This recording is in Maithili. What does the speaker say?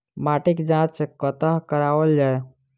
माटिक जाँच कतह कराओल जाए?